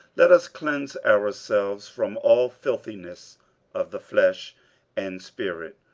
let us cleanse ourselves from all filthiness of the flesh and spirit,